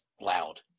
loud